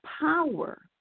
power